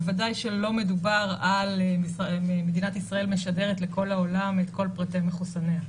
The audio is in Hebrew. בוודאי שלא מדובר על מדינת ישראל משדרת לכל העולם את כל פרטי מחוסניה.